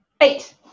eight